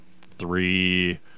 three